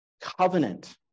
covenant